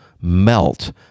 melt